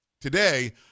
Today